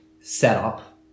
setup